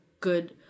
good